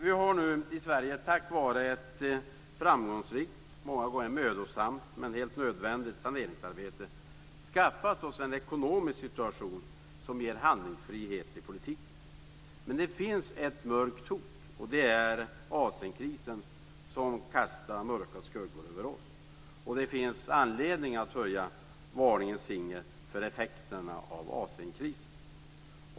Vi har nu i Sverige, tack vare ett framgångsrikt och många gånger mödosamt men helt nödvändigt saneringsarbete, skaffat oss en ekonomisk situation som ger handlingsfrihet i politiken. Men det finns ett mörkt hot, och det är Asienkrisen som kastar mörka skuggor över oss. Det finns anledning att höja ett varningens finger för effekterna av Asienkrisen.